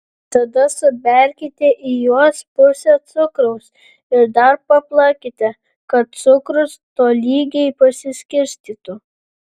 tada suberkite į juos pusę cukraus ir dar paplakite kad cukrus tolygiai pasiskirstytų